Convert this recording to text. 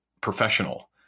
professional